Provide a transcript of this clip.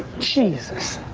jesus.